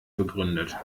begründet